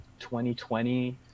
2020